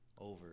Over